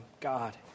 God